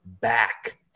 back